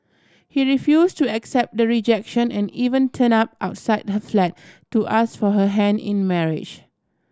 he refuse to accept the rejection and even turned up outside her flat to ask for her hand in marriage